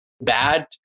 bad